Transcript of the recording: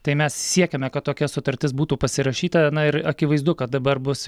tai mes siekiame kad tokia sutartis būtų pasirašyta na ir akivaizdu kad dabar bus